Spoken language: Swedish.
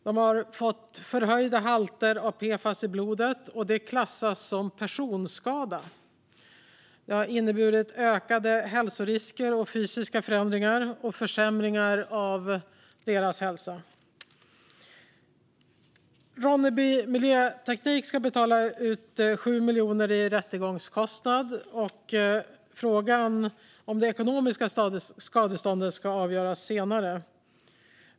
De har fått förhöjda halter av PFAS i blodet, och det klassas som personskada. Det har inneburit ökade hälsorisker, fysiska förändringar och försämringar av deras hälsa. Ronneby Miljöteknik ska betala 7 miljoner kronor i rättegångskostnad. Frågan om det ekonomiska skadeståndet ska avgöras senare.